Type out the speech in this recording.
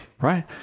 right